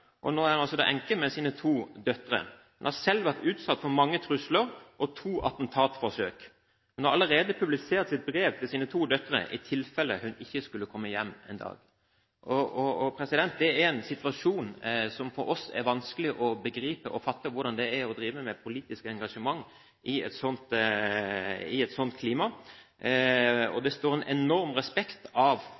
Nå er hun altså enke med to døtre. Hun har selv vært utsatt for mange trusler og to attentatforsøk. Hun har allerede publisert et brev til sine to døtre i tilfelle hun en dag ikke skulle komme hjem. Det er en situasjon som for oss er vanskelig å begripe – hvordan det er å være politisk engasjert i et slikt klima. Det står en enorm respekt av